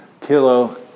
Kilo